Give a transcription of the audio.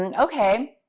and okay.